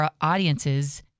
audiences